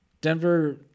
Denver